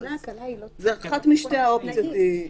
זו אחת משתי האופציות.